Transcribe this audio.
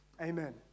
Amen